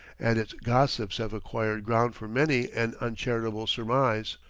and its gossips have acquired ground for many, an uncharitable surmise.